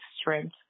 strength